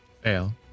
Fail